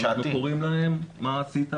אנחנו קוראים להם: מה עשית?